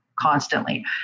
constantly